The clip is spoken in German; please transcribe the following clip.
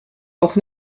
auch